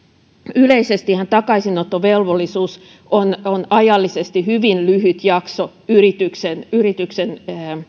yleisestihän takaisinottovelvollisuus on on ajallisesti hyvin lyhyt jakso yrityksen yrityksen